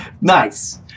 Nice